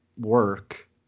work